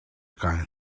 kai